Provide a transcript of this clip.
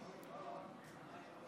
להלן תוצאות